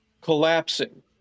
collapsing